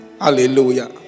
Hallelujah